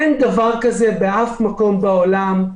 אין דבר כזה בשום מקום בעולם.